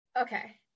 Okay